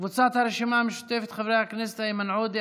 קבוצת סיעת הרשימה המשותפת: חברי הכנסת איימן עודה,